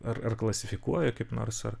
ar ar klasifikuoja kaip nors ar